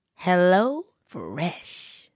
HelloFresh